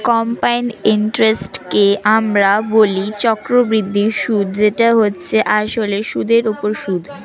compound ইন্টারেস্টকে আমরা বলি চক্রবৃদ্ধি সুদ যেটা হচ্ছে আসলে সুদের উপর সুদ